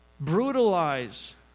brutalize